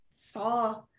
saw